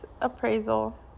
appraisal